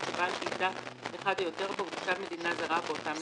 שבעל שליטה אחד או יותר בה הוא תושב מדינה זרה באותה מדינה,